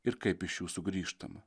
ir kaip iš jų sugrįžtama